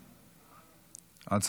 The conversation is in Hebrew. ברזל)